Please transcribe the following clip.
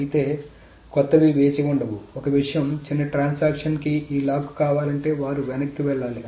అయితే కొత్తవి వేచి ఉండవు ఒక విషయం చిన్న ట్రాన్సాక్షన్ కి ఈ లాక్ కావాలంటే వారు వెనక్కి వెళ్ళాలి